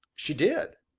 she did,